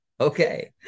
okay